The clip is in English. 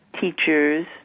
teachers